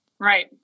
Right